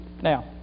Now